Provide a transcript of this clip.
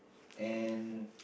and